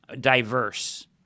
diverse